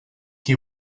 qui